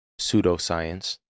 pseudoscience